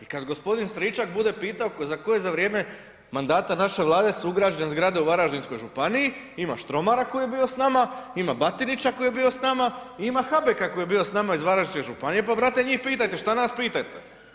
I kada gospodin Stričak bude pitao tko je za vrijeme mandata naše vlade sugrađanin iz zgrade u Varaždinskoj županiji ima Štromara koji je bio s nama, ima Batinića koji je bio s nama i ima Habeka koji je bio s nama iz Varaždinske županije pa brate njih pitajte šta nas pitate.